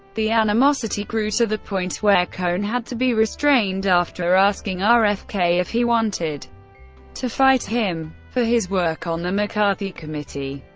the animosity grew to the point where cohn had to be restrained after asking ah rfk if he wanted to fight him. for his work on the mccarthy committee,